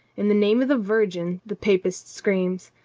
in the name of the virgin the papist screams.